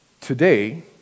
today